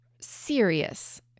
serious